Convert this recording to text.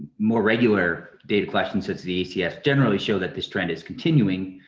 more regular data questions since the acf generally show that this trend is continuing,